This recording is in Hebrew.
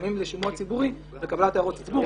מפורסמים לשימוע ציבורי, לקבלת הערות הציבור.